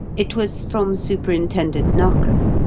it was from superintendent narkom.